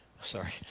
Sorry